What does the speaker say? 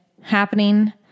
happening